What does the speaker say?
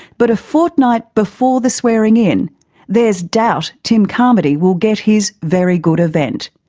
but a fortnight before the swearing-in there's doubt tim carmody will get his very good event.